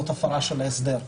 זאת הפרה של ההסדר.